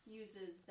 uses